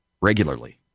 regularly